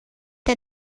der